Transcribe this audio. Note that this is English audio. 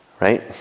right